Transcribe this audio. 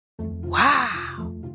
Wow